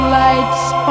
lights